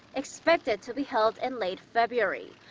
expected to be held in late february.